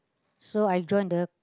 so I join the